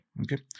okay